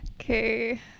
okay